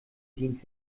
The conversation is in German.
bedient